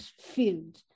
field